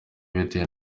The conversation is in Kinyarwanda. bitewe